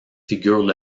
figure